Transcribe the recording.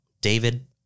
David